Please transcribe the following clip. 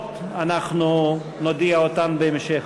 נוספות אנחנו נודיע אותן בהמשך,